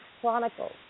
Chronicles